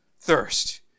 thirst